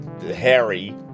Harry